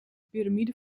piramide